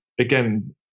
again